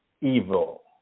evil